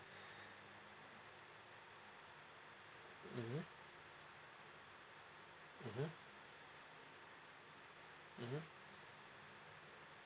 mmhmm mmhmm mmhmm